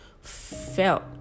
felt